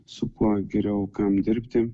su kuo geriau kam dirbti